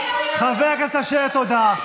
חבר הכנסת אשר, תודה.